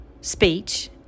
speech